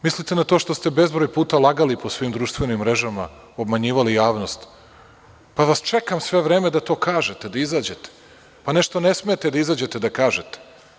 Misliste na to što ste bezbroj puta lagali po svim društvenim mrežama, obmanjivali javnost, pa vas čekam sve vreme da to kažete, da izađete, nešto ne smet da izađete da to kažete.